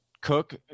Cook